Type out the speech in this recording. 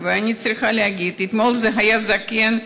היה זקן,